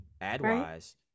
ad-wise